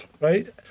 right